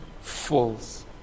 false